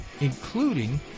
including